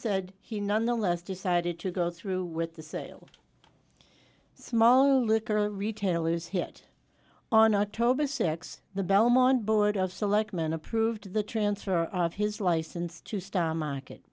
said he nonetheless decided to go through with the sale small liquor retailers hit on october sixth the belmont board of selectmen approved the transfer of his license to stock market